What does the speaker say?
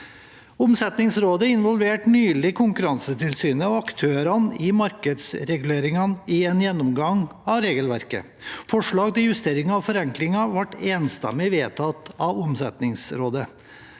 Omsetningsrådet involverte nylig Konkurransetilsynet og aktørene i markedsreguleringen i en gjennomgang av regelverket. Forslag til justeringer og forenklinger ble enstemmig vedtatt av Omsetningsrådet.